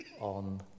on